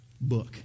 book